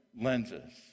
lenses